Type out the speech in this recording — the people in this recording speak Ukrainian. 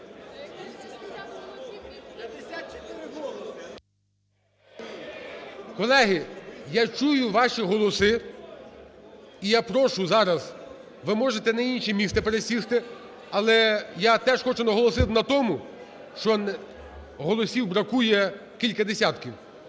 Колеги, я чую ваші голоси і я прошу зараз, ви можете на інше місце пересісти. Але я теж хочу наголосити на тому, що голосів бракує кілька десятків.